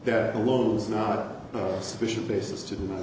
that alone is not sufficient basis to deny